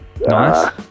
Nice